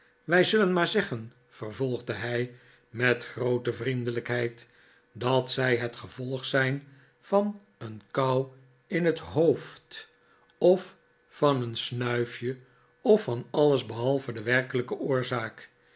wij zullen maar zeggen vervolgde hij met groote vriendelijkheid t dat zij het gevolg zijn van een kou in het hoofd of van een snuifje of van alles behalve de werkelijke oorzaak